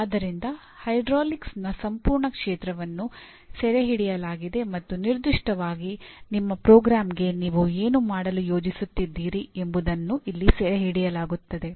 ಆದ್ದರಿಂದ ಹೈಡ್ರಾಲಿಕ್ಸ್ನ ಸಂಪೂರ್ಣ ಕ್ಷೇತ್ರವನ್ನು ಸೆರೆಹಿಡಿಯಲಾಗಿದೆ ಮತ್ತು ನಿರ್ದಿಷ್ಟವಾಗಿ ನಿಮ್ಮ ಪ್ರೋಗ್ರಾಂಗೆ ನೀವು ಏನು ಮಾಡಲು ಯೋಜಿಸುತ್ತಿದ್ದೀರಿ ಎಂಬುದನ್ನು ಇಲ್ಲಿ ಸೆರೆಹಿಡಿಯಲಾಗುತ್ತದೆ